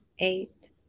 Eight